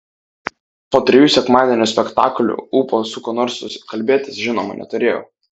po trijų sekmadienio spektaklių ūpo su kuo nors kalbėtis žinoma neturėjau